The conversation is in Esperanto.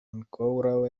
ankoraŭ